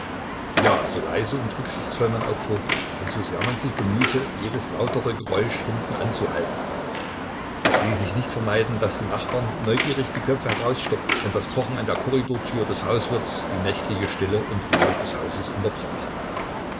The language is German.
ja so leise und rücksichtsvoll man auch vorging und so sehr man sich bemühte jedes lautere geräusch hintenanzuhalten es ließ sich nicht vermeiden daß die nachbarn neugierig die köpfe heraussteckten wenn das pochen an der korridortür des hauswirts die nächtliche stille und ruhe des hauses unterbrach